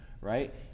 Right